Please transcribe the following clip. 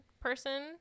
person